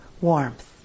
warmth